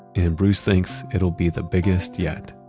and bruce thinks it'll be the biggest yet